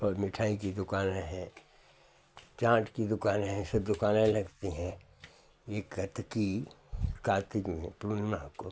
और मिठाई की दुकानें हैं चाट की दुकानें हैं सब दुकानें लगती हैं ये कतिकी कार्तिक में पूर्णिमा को